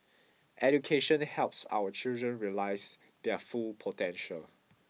education helps our children realise their full potential